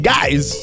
Guys